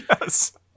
Yes